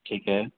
ठीक है